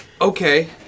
Okay